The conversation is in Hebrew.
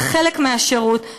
זה חלק מהשירות,